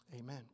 Amen